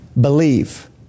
Believe